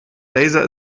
laser